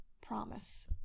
promise